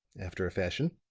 after a fashion.